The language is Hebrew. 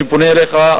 אני פונה אליך,